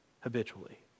Habitually